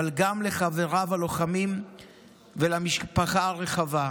אבל גם לחבריו הלוחמים ולמשפחה הרחבה.